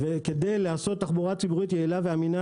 כדי לעשות תחבורה ציבורית יעילה ואמינה